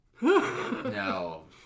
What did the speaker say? No